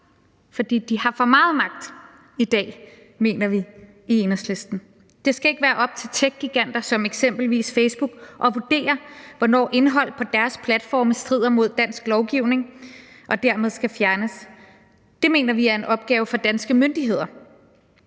for de har for meget magt i dag, mener vi i Enhedslisten. Det skal ikke være op til techgiganter som eksempelvis Facebook at vurdere, hvornår indholdet på deres platforme strider mod dansk lovgivning og dermed skal fjernes. Det mener vi er en opgave for danske myndigheder.